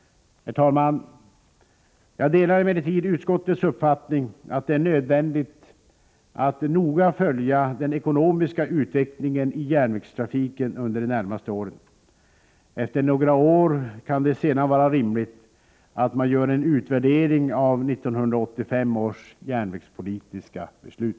Herr talman! Jag delar emellertid utskottets uppfattning att det är nödvändigt att noga följa den ekonomiska utvecklingen inom järnvägstrafiken under de närmaste åren. Efter några år kan det sedan vara rimligt att man gör en utvärdering av 1985 års järnvägspolitiska beslut.